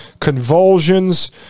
convulsions